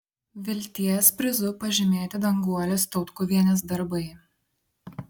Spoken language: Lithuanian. vilties prizu pažymėti danguolės tautkuvienės darbai